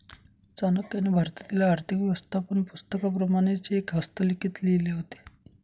चाणक्याने भारतातील आर्थिक व्यवस्थापन पुस्तकाप्रमाणेच एक हस्तलिखित लिहिले होते